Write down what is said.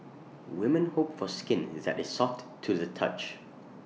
women hope for skin that is soft to the touch